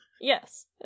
Yes